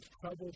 trouble